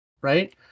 right